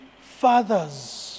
fathers